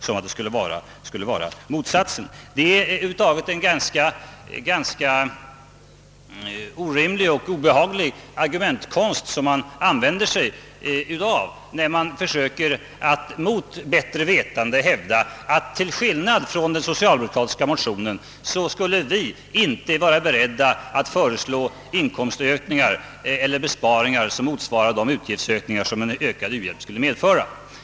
Det är över huvud taget en ganska orimlig och obehaglig argumentkonst man använder sig av när man försöker mot bättre vetande hävda att vi, till skillnad från de socialdemokratiska motionärerna, inte skulle vara beredda att föreslå inkomstökningar eller besparingar som motsvarar de utgiftsökningar som ökningen av u-landshjälpen skulle leda till.